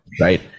right